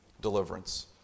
deliverance